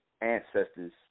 ancestors